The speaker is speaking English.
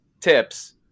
tips